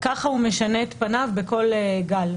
כך הוא משנה את פניו בכל גל.